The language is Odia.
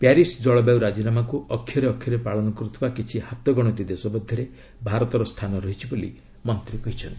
ପ୍ୟାରିସ୍ ଜଳବାୟୁ ରାଜିନାମାକୁ ଅକ୍ଷରେ ଅକ୍ଷରେ ପାଳନ କରୁଥିବା କିଛି ହାତଗଣତି ଦେଶ ମଧ୍ୟରେ ଭାରତର ସ୍ଥାନ ରହିଛି ବୋଲି ମନ୍ତ୍ରୀ କହିଛନ୍ତି